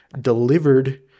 delivered